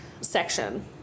section